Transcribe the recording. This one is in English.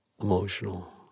emotional